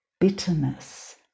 bitterness